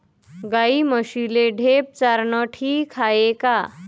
गाई म्हशीले ढेप चारनं ठीक हाये का?